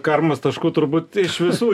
karmos taškų turbūt iš visų